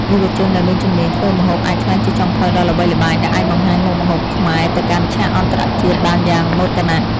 យុវជនដែលមានជំនាញធ្វើម្ហូបអាចក្លាយជាចុងភៅដ៏ល្បីល្បាញដែលអាចបង្ហាញមុខម្ហូបខ្មែរទៅកាន់ឆាកអន្តរជាតិបានយ៉ាងមោទនៈ។